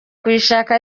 kuyishaka